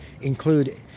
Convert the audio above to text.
include